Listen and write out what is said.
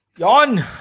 John